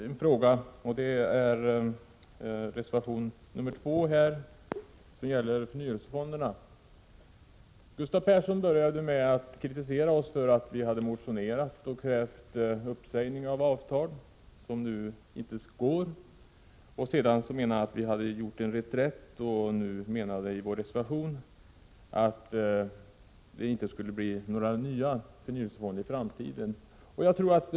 Herr talman! Jag tänkte ta upp en fråga som gäller reservation 2 om förnyelsefonderna. Gustav Persson började med att kritisera centerpartiet för att vi hade motionerat och krävt uppsägning av avtal. Han menade att vi hade gjort en reträtt och påpekade att vi i reservationen säger att några nya förnyelsefonder inte skall avtalas i framtiden.